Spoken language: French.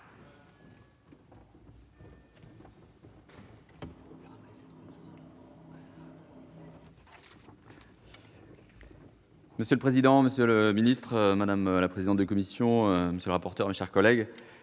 Monsieur le président, monsieur le ministre, madame la présidente de la commission, monsieur le rapporteur, je tiens tout